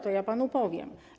To ja panu powiem.